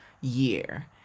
year